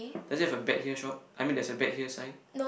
does it have a bet here shop I mean there's a bet here sign